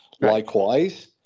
Likewise